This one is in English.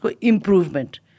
improvement